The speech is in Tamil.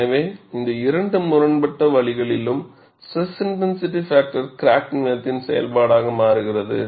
எனவே இந்த இரண்டு முரண்பட்ட வழிகளிலும் SIF கிராக் நீளத்தின் செயல்பாடாக மாறுகிறது